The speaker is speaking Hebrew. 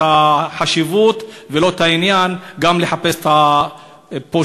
החשיבות ולא את העניין גם לחפש את הפושעים.